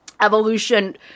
evolution